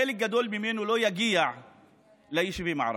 חלק גדול ממנו לא יגיע ליישובים הערביים.